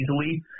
easily –